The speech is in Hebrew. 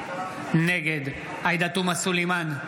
נגד עאידה תומא סלימאן,